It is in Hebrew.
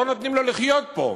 לא נותנים לו לחיות פה.